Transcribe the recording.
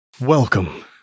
Welcome